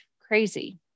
crazy